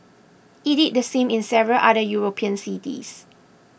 it did the same in several other European cities